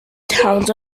towns